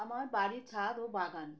আমার বাড়ির ছাদ ও বাগান